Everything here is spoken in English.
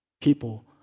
people